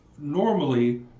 normally